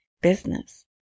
business